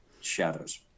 shadows